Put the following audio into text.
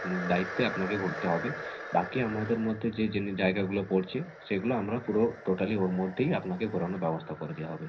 দায়িত্বে আপনাকে ঘুরতে হবে বাকি আমাদের মধ্যে যে জায়গাগুলো পড়ছে সেগুলো আমরা পুরো টোটালি ওর মধ্যেই আপনাকে ঘোরানোর ব্যবস্থা করে দেয়া হবে